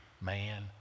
man